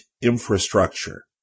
infrastructure